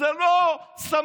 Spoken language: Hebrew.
זה לא סמים,